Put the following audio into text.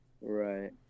Right